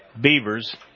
Beavers